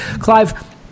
Clive